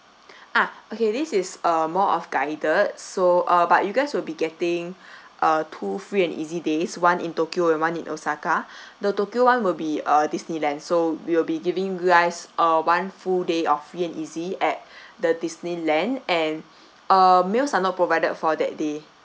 ah okay this is uh more of guided so uh but you guys will be getting a two free and easy days one in tokyo and one in osaka the tokyo [one] will be uh disneyland so we will be giving you guys a one full day of free and easy at the disneyland and uh meals are not provided for that day